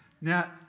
Now